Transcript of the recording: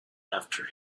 after